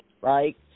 right